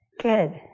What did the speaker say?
Good